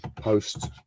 post